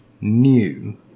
new